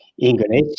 English